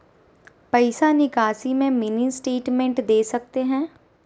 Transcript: पैसा निकासी में मिनी स्टेटमेंट दे सकते हैं?